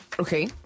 Okay